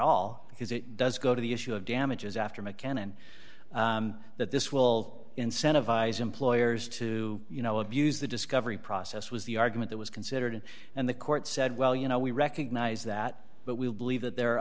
all because it does go to the issue of damages after mccann and that this will incentivize employers to you know abuse the discovery process was the argument it was considered and the court said well you know we recognize that but we believe that there are